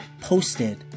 Posted